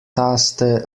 taste